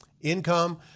income